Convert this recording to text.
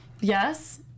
Yes